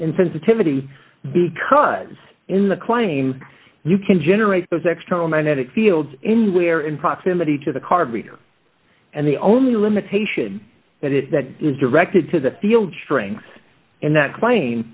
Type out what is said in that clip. in sensitivity because in the claim you can generate those extra magnetic fields anywhere in proximity to the card reader and the only limitation that is that is directed to the field strength and that cla